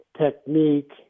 technique